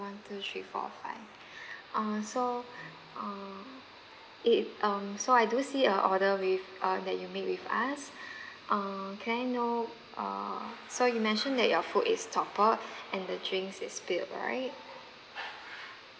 one two three four five uh so uh it um so I do see a order with uh that you made with us uh can I know uh so you mentioned that your food is toppled and the drink is spilled right